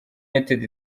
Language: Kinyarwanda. united